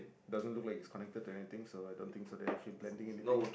doesn't look is connected to anything so I don't think so that she blending anything